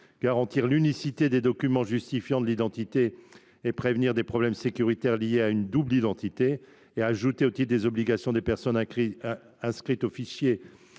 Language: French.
garantir l’unicité des documents justifiant de l’identité et prévenir des problèmes sécuritaires liés à une éventuelle double identité ; quatrièmement, ajouter, au titre des obligations des personnes inscrites au fichier